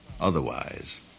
otherwise